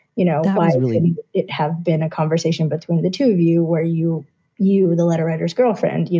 you know, i really it have been a conversation between the two of you where you you the letter writers girlfriend, you